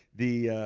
the.